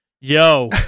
yo